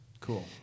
Cool